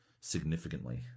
significantly